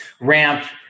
ramp